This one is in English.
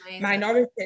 minority